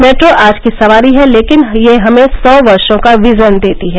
metro आज की सवारी है लेकिन यह हमें सौ वर्षो का विजन देती है